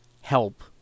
help